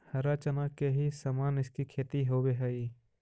हरा चना के ही समान इसकी खेती होवे हई